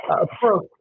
approach